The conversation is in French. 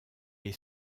est